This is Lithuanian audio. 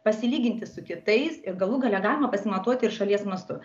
pasilyginti su kitais ir galų gale galima pasimatuot ir šalies mastu